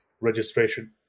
registration